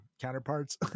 counterparts